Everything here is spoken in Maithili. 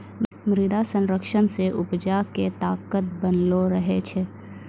मृदा संरक्षण से उपजा के ताकत बनलो रहै छै